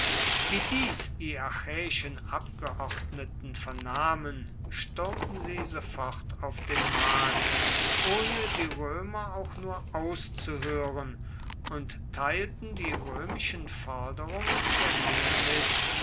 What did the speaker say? wie dies die achäischen abgeordneten vernahmen stürmten sie sofort auf den markt ohne die römer auch nur auszuhören und teilten die römischen forderungen der menge mit